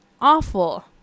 Awful